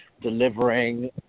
delivering